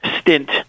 stint